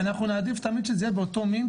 אנחנו נעדיף תמיד שזה יהיה אותו מין,